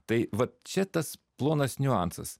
tai vat čia tas plonas niuansas